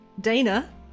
dana